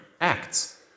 Acts